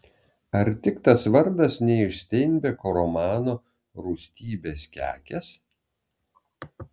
ar tik tas vardas ne iš steinbeko romano rūstybės kekės